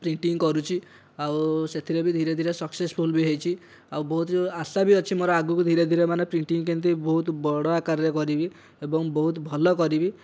printing କରୁଛି ଆଉ ସେଥିରେ ବି ଧୀରେ ଧୀରେ ସକ୍ସେସଫୁଲ୍ ବି ହୋଇଛି ଆଉ ବହୁତ ଆଶା ବି ଅଛି ମୋର ଆଗକୁ ଧୀରେ ଧୀରେ ମାନେ ପ୍ରିଣ୍ଟିଂ କେମିତି ବହୁତ ବଡ଼ ଆକାରରେ କରିବି ଏବଂ ବହୁତ ଭଲ କରିବି